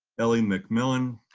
ellie mcmillan,